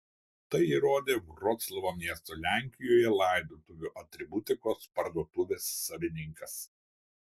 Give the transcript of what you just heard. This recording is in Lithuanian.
tai įrodė vroclavo miesto lenkijoje laidotuvių atributikos parduotuvės savininkas